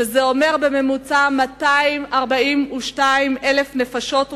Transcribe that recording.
שזה אומר בממוצע 242,000 נפשות,